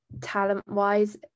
talent-wise